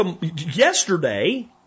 yesterday